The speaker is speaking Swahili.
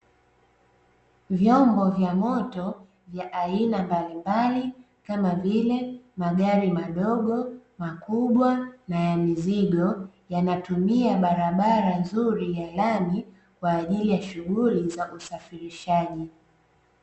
Vyombo vya moto vya aina mbalimbali kama vile magari madogo, makubwa, na ya mizigo yanatumia barabara nzuri ya lami kwa ajili ya shughuli za usafirishaji.